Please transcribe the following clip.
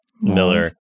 Miller